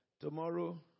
Tomorrow